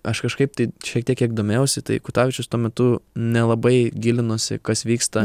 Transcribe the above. aš kažkaip tai šiek tiek kiek domėjausi tai kutavičius tuo metu nelabai gilinosi kas vyksta